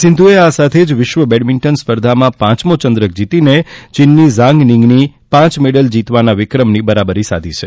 સિંધુએ આ સાથે જ વિશ્વ બેડમિન્ટન સ્પર્ધામાં પાંચમો ચંદ્રક જીતીને ચીનની ઝાંગ નીંગની પાંચ મેડલ જીતવાના વિક્રમની બરાબરી સાધી છે